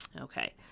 Okay